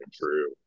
true